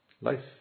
life